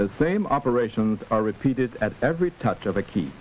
the same operation are repeated at every touch of a key